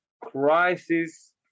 crisis